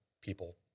people